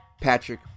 Patrick